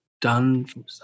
done